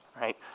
right